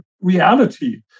reality